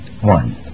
one